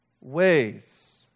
ways